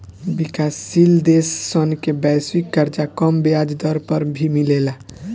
विकाशसील देश सन के वैश्विक कर्जा कम ब्याज दर पर भी मिलेला